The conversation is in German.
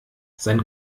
sein